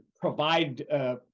Provide